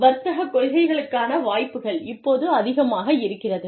வர்த்தக கொள்கைகளுக்கான வாய்ப்புகள் இப்போது அதிகமாக இருக்கிறது